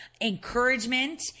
encouragement